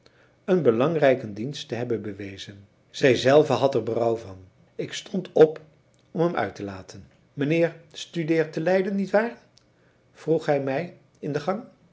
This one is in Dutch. een belangrijken dienst te hebben bewezen zij zelve had er berouw van ik stond op om hem uit te laten mijnheer studeert te leiden niet waar vroeg hij mij in de gang